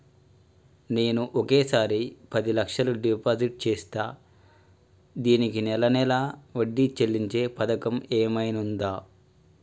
నేను ఒకేసారి పది లక్షలు డిపాజిట్ చేస్తా దీనికి నెల నెల వడ్డీ చెల్లించే పథకం ఏమైనుందా?